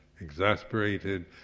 exasperated